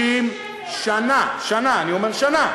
בשלושת החודשים האחרונים, שנה, שנה, אני אומר שנה.